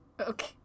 Okay